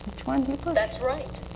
that's right.